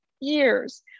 years